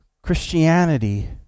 Christianity